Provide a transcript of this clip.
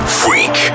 freak